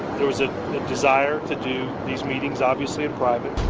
there was a desire to do these meetings obviously in private.